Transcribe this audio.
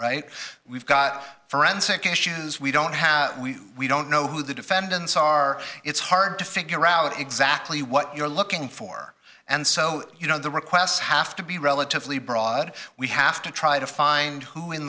right we've got forensic issues we don't have we we don't know who the defendants are it's hard to figure out exactly what you're looking for and so you know the requests have to be relatively broad we have to try to find who in